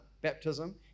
baptism